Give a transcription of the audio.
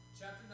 chapter